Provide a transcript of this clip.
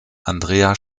andrea